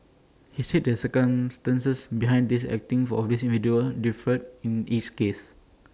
he said the circumstances behind his acting for of these individuals differed in each case